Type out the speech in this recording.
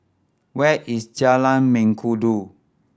where is Jalan Mengkudu